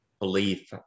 belief